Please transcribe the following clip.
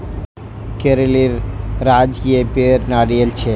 केरलेर राजकीय पेड़ नारियल छे